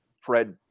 Fred